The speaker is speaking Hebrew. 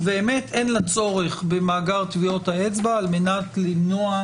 ובאמת אין לה צורך במאגר טביעות האצבע על מנת למנוע